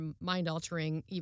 mind-altering